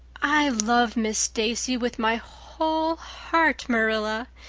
i love miss stacy with my whole heart, marilla.